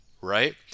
right